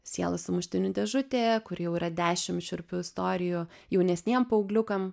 sielos sumuštinių dėžutė kur jau yra dešim šiurpių istorijų jaunesniem paaugliukam